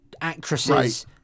actresses